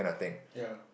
ya